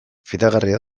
fidagarria